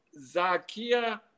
Zakia